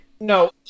No